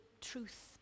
truth